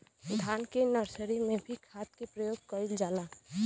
धान के नर्सरी में भी खाद के प्रयोग कइल जाला?